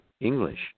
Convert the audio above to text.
English